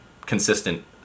consistent